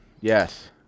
Yes